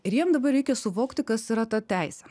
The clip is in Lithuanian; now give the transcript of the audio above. ir jiem dabar reikia suvokti kas yra ta teisė